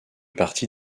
partie